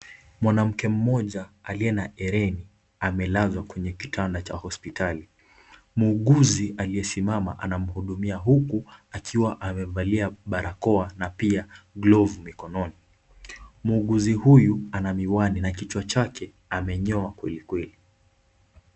Mwanamke mmoja aliye na ereni amelazwa kwenye kitanda cha hospitali. Muuguzi aliye simama anamhudumia huku amevalia barakoa na pia glovu mikononi, muuguzi huyu anamiwani na kichwa chake amenyoa kweli kweli.